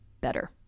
better